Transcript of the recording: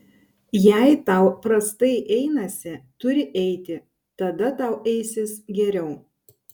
jei tau prastai einasi turi eiti tada tau eisis geriau